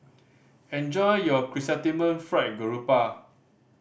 enjoy your Chrysanthemum Fried Garoupa